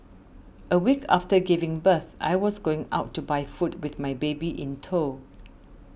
a week after giving birth I was going out to buy food with my baby in tow